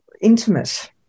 intimate